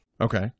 Okay